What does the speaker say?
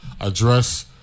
address